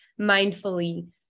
mindfully